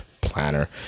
planner